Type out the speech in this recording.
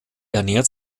ernährt